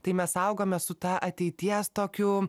tai mes augome su ta ateities tokiu